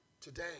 today